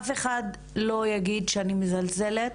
ואף אחד לא יגיד שאני מזלזלת